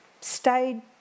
stayed